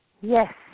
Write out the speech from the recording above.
Yes